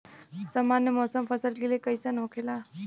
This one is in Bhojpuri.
सामान्य मौसम फसल के लिए कईसन होखेला?